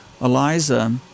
Eliza